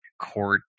court